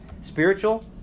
Spiritual